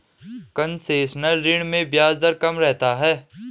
concessional ऋण में ब्याज दर कम रहता है